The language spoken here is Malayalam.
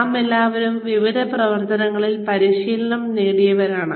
നാമെല്ലാവരും വിവിധ പ്രവർത്തനങ്ങളിൽ പരിശീലനം നേടിയവരാണ്